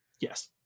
yes